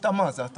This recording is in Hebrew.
זאת התאמה.